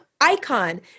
icon